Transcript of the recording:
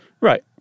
Right